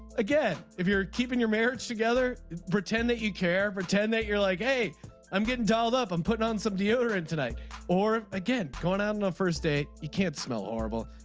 again if you're keeping your marriage together pretend that you care pretend that you're like hey i'm getting dolled up i'm putting on some deodorant tonight or again going out on a first date. you can't smell horrible.